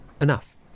enough